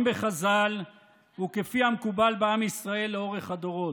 בחז"ל וכפי שמקובל בעם ישראל לאורך הדורות.